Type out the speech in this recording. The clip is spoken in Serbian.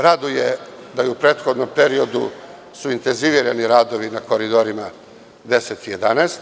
Raduje da su u prethodnom periodu intenzivirani radovi na koridorima 10 i 11.